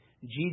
Jesus